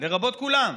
לרבות כולם.